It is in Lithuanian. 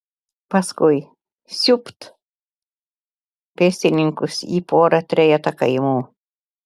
paskui siūbt pėstininkus į porą trejetą kaimų